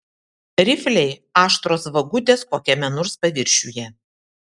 rifliai aštrios vagutės kokiame nors paviršiuje